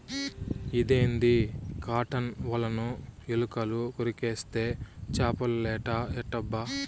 ఇదేంది కాటన్ ఒలను ఎలుకలు కొరికేస్తే చేపలేట ఎట్టబ్బా